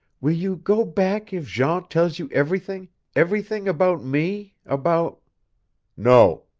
will you go back if jean tells you everything everything about me about no,